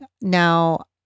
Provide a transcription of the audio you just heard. Now